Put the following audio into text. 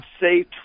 say